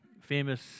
Famous